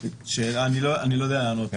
אני לא יודע לענות לך.